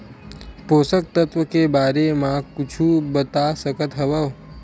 पोषक तत्व के बारे मा कुछु बता सकत हवय?